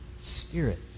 spirit